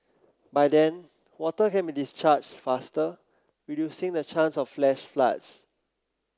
by then water can be discharged faster reducing the chance of flash floods